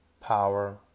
power